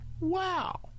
Wow